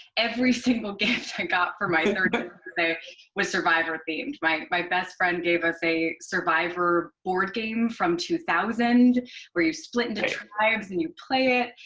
every single gift i got for my thirtieth birthday so was survivor themed. my my best friend gave us a survivor board game from two thousand where you split into tribes and you play it.